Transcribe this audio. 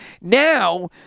Now